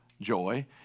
joy